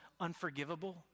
unforgivable